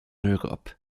europe